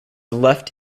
left